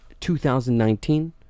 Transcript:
2019